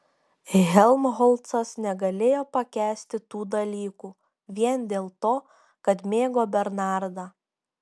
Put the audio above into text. helmholcas negalėjo pakęsti tų dalykų vien dėl to kad mėgo bernardą